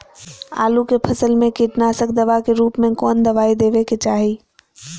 आलू के फसल में कीटनाशक दवा के रूप में कौन दवाई देवे के चाहि?